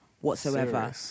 whatsoever